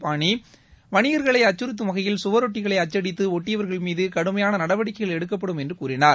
பாணி வணிகர்களை அச்சுறுத்தும் வகையில் சுவரொட்டிகளை அச்சடித்து ஒட்டியவர்கள் மீது கடுமையான நடவடிக்கைகள் எடுக்கப்படும் என்று கூறினார்